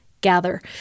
gather